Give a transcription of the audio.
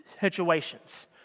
situations